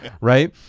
Right